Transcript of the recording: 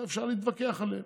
אפשר להתווכח עליהם.